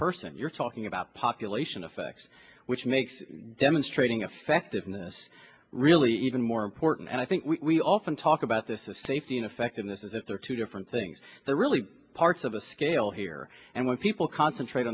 person you're talking about population effects which makes demonstrating effectiveness really even more important and i think we often talk about this is safety and effectiveness is if there are two different things there really are parts of a scale here and when people concentrate